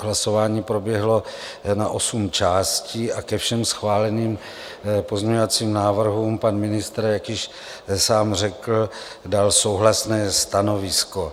Hlasování proběhlo na osm částí a ke všem schváleným pozměňovacím návrhům pan ministr, jak již sám řekl, dal souhlasné stanovisko.